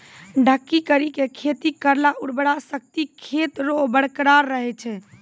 ढकी करी के खेती करला उर्वरा शक्ति खेत रो बरकरार रहे छै